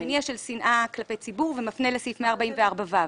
רצח ממניע של שנאה כלפי ציבור ומפנה לסעיף 144 (ו).